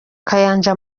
kayanja